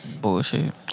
Bullshit